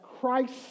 Christ